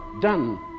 done